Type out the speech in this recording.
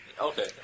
Okay